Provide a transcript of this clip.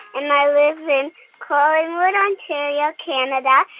and i live in collingwood, ontario, canada.